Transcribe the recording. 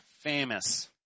famous